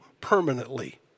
permanently